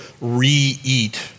re-eat